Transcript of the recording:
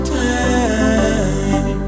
time